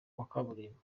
kaburimbo